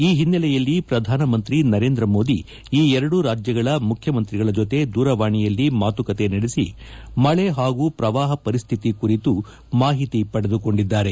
ಈ ಹಿನ್ನೆಲೆಯಲ್ಲಿ ಪ್ರಧಾನ ಮಂತ್ರಿ ನರೇಂದ್ರ ಮೋದಿ ಈ ಎರಡೂ ರಾಜ್ಯಗಳ ಮುಖ್ಯಮಂತ್ರಿಗಳ ಜೊತೆ ದೂರವಾಣಿಯಲ್ಲಿ ಮಾತುಕತೆ ನಡೆಸಿ ಮಳೆ ಹಾಗೂ ಪ್ರವಾಹ ಪರಿಸ್ತಿತಿ ಕುರಿತು ಮಾಹಿತಿ ಪಡೆದುಕೊಂಡಿದ್ದಾರೆ